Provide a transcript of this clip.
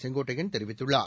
செங்கோட்டையன் தெரிவித்துள்ளார்